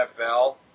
NFL